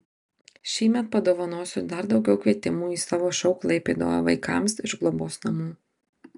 šįmet padovanosiu dar daugiau kvietimų į savo šou klaipėdoje vaikams iš globos namų